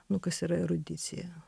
nu kas yra erudicija